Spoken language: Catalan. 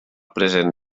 present